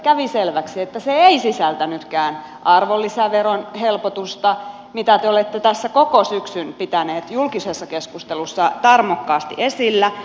kävi selväksi että se ei sisältänytkään arvonlisäveron helpotusta mitä te olette tässä koko syksyn pitäneet julkisessa keskustelussa tarmokkaasti esillä